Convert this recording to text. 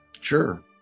Sure